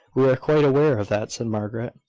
we are quite aware of that, said margaret.